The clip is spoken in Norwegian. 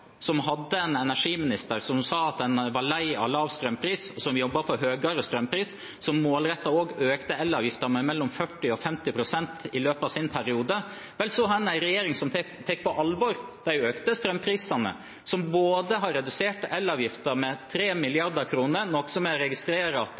som hadde en energiminister som sa at en var lei av lav strømpris, som jobbet for høyere strømpris, som målrettet økte elavgiften med mellom 40 og 50 pst. i løpet av sin periode, har en nå en regjering som tar på alvor de økte strømprisene. En har redusert elavgiften med